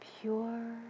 pure